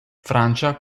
francia